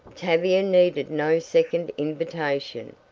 tavia needed no second invitation.